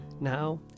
now